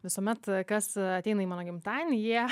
visuomet kas ateina į mano gimtadienį jie